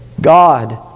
God